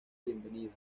bienvenida